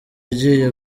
ugiye